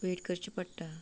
weight करचें पडटा